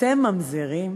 אתם ממזרים.